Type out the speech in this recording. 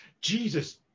Jesus